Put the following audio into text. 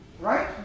Right